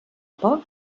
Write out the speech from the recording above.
poc